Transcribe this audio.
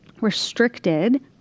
restricted